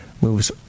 moves